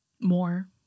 More